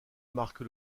marque